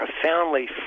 profoundly